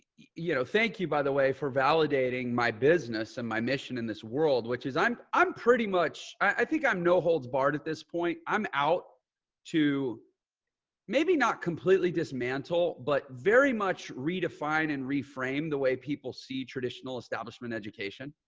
you know, thank you by the way, for validating my business and my mission in this world, which is i'm i'm pretty much, i think i'm no holds barred at this point. i'm out to maybe not completely dismantle, but very much redefine and reframe the way people see traditional establishment education,